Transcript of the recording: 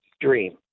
dream